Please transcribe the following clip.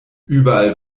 überall